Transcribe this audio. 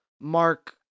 Mark